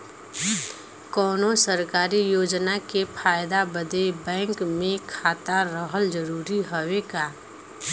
कौनो सरकारी योजना के फायदा बदे बैंक मे खाता रहल जरूरी हवे का?